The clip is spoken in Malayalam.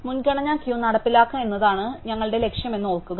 മുൻഗണനാ ക്യൂ നടപ്പിലാക്കുക എന്നതാണ് ഞങ്ങളുടെ ലക്ഷ്യമെന്ന് ഓർക്കുക